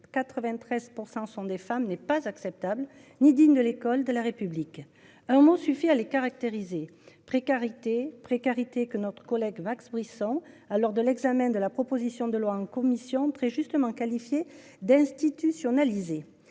93% sont des femmes n'est pas acceptable ni digne de l'école de la République. Un mot suffit à les caractériser précarité, précarité que notre collègue Max Brisson ah lors de l'examen de la proposition de loi en commission très justement qualifiée d'institutionnaliser